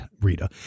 Rita